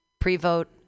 pre-vote